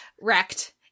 Wrecked